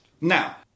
Now